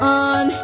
on